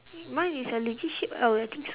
mine is a legit sheep uh I think so